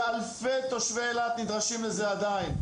ואלפי תושבי אילת עדיין נדרשים לזה.